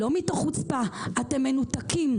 לא מתוך חוצפה אתם מנותקים,